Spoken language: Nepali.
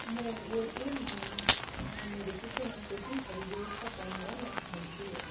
म एयरटेल मनी मा मेरो सूचना सेटिङहरू व्यवस्थापन गर्न चाहन्छु